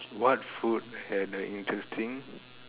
what food had a interesting